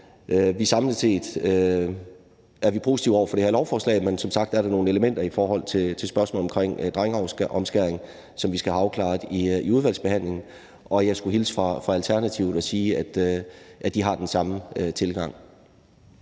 er vi samlet set positive over for det her lovforslag, men som sagt er der nogle elementer i forhold til spørgsmålet omkring drengeomskæring, som vi skal have afklaret i udvalgsbehandlingen. Og jeg skulle hilse fra Alternativet og sige, at de har den samme tilgang.